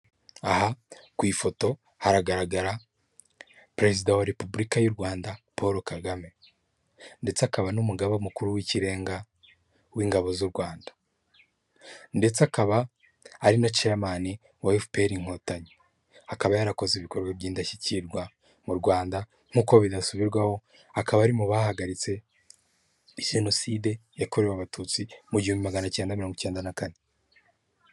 Aha ku ifoto haragaragara perezida wa repubulika y'u Rwanda Paul Kagame ndetse akaba n'umugaba mukuru w'ikirenga w'ingabo z'u Rwanda ndetse akaba ari na chairman wa FPR inkotanyi. Akaba yarakoze ibikorwa by'indashyikirwa mu Rwanda nk'uko bidasubirwaho akaba ari mu bahagaritse jenoside yakorewe abatutsi mu gihumbi magana cyenda mirongo icyenda na kane.